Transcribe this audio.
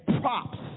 props